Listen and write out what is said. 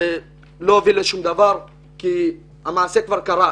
זה לא יוביל לשום דבר מכיוון שהדבר כבר קרה.